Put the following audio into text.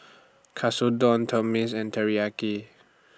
Katsudon and Teriyaki